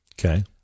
Okay